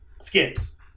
skips